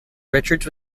richards